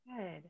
good